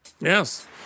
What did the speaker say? Yes